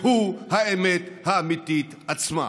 והוא האמת האמיתית עצמה: